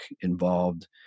involved